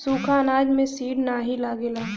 सुखा अनाज में सीड नाही लगेला